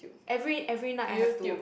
every every night I have to